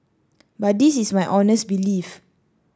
but this is my honest belief